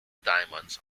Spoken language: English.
diamonds